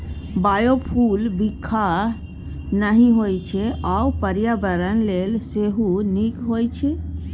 biofuel बिखाह नहि होइ छै आ पर्यावरण लेल सेहो नीक होइ छै